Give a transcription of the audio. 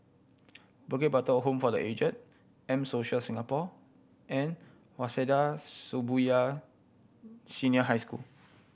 Bukit Batok Home for The Aged M Social Singapore and Waseda Shibuya Senior High School